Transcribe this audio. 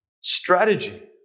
Strategy